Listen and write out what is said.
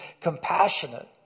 compassionate